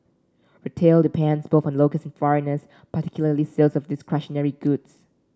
retail depends both on locals and foreigners particularly sales of discretionary goods